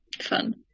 fun